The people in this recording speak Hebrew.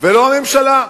ולא הממשלה.